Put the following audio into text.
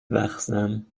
wachsam